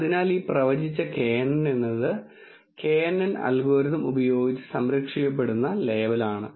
അതിനാൽ ഈ പ്രവചിച്ച knn എന്നത് knn അൽഗോരിതം ഉപയോഗിച്ച് സംരക്ഷിക്കപ്പെടുന്ന ലേബലാണ്